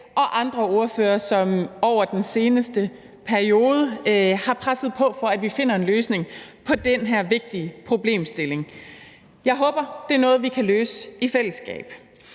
fra andre ordføreres side, som over den seneste periode har presset på, for at vi finder en løsning på den her vigtige problemstilling. Jeg håber, det er noget, vi kan løse i fællesskab.